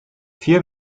viel